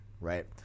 right